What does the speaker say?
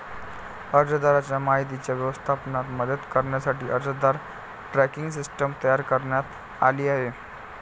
अर्जदाराच्या माहितीच्या व्यवस्थापनात मदत करण्यासाठी अर्जदार ट्रॅकिंग सिस्टीम तयार करण्यात आली आहे